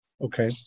Okay